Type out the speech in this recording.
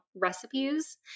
recipes